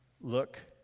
look